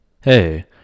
Hey